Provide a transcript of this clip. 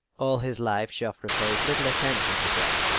all his life joffre paid little attention to dress.